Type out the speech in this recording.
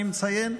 אני מציין,